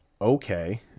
okay